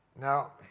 Now